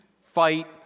fight